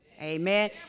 amen